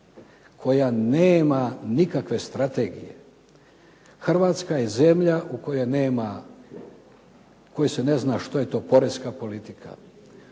koja nema nikakve strategije. Hrvatska je zemlja u kojoj se ne zna što je to poreska politika.